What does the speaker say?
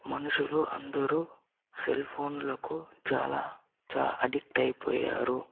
మనుషులు అందరూ cell phone లకు చాలా చా అడిక్ట్ అయిపోయారు